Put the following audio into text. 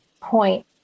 point